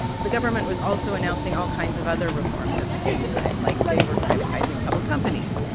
the government was also announcing all kinds of other reforms at the same time, like they were privatizing public companies.